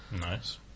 Nice